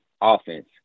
offense